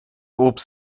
obst